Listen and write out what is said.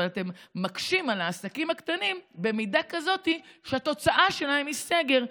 אבל אתם מקשים על העסקים הקטנים במידה כזאת שהתוצאה שלהם היא סגר,